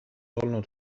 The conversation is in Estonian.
olnud